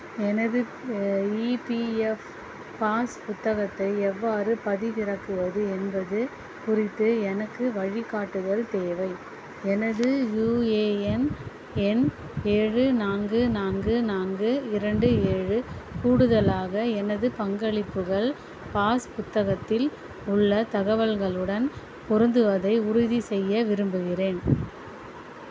எனது EPF pass புத்தகத்தை எவ்வாறு பதிவிறக்குவது என்பது குறித்து எனக்கு வழிகாட்டுதல் தேவை எனது யுஏஎன் எண் ஏழு நான்கு நான்கு நான்கு இரண்டு ஏழு கூடுதலாக எனது பங்களிப்புகள் பாஸ் புத்தகத்தில் உள்ள தகவல்களுடன் பொருந்துவதை உறுதி செய்ய விரும்புகிறேன்